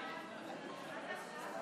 הצבעה אלקטרונית.